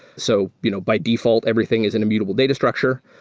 so you know by default, everything is an immutable data structure.